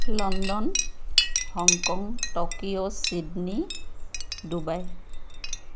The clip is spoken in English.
London Hong Kong Tokyo Sydney Dubai